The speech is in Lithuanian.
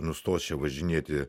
nustos čia važinėti